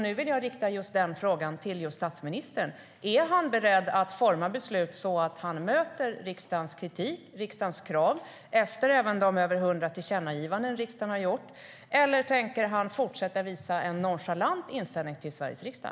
Nu vill jag rikta just den frågan till just statsministern: Är han beredd att forma beslut så att han möter riksdagens kritik och krav, efter de över hundra tillkännagivanden som riksdagen har gjort, eller tänker han fortsätta att visa en nonchalant inställning till Sveriges riksdag?